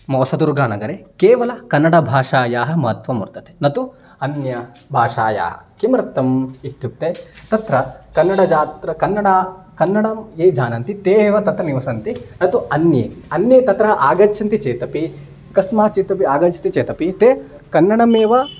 मोसदुर्गनगरे केवल कन्नडभाषायाः महत्वं वर्तते न तु अन्य भाषायाः किमर्थम् इत्युक्ते तत्र कन्नडजात्र कन्नडं कन्नडं ये जानन्ति ते एव तत्र निवसन्ति न तु अन्ये अन्ये तत्र आगच्छन्ति चेतपि कस्यचिदपि आगच्छति चेदपि ते कन्नडमेव